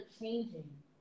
changing